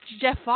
Jeff